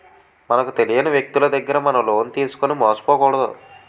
మనకు తెలియని వ్యక్తులు దగ్గర మనం లోన్ తీసుకుని మోసపోకూడదు